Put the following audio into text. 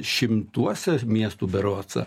šimtuose miestų berods